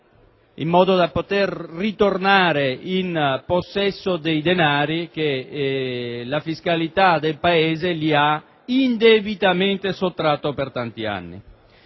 diritti e possa tornare in possesso dei denari che la fiscalità del Paese gli ha indebitamente sottratto per tanti anni.